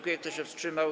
Kto się wstrzymał?